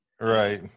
Right